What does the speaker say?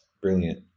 Brilliant